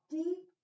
deep